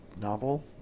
novel